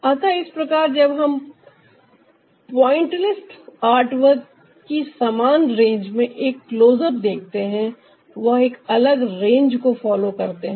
अतः इस प्रकार जब हम पॉइंट लिस्ट आर्ट वर्क की समान रेंज में एक क्लोजअप देखते हैं वह एक अलग रेंज को फॉलो करते हैं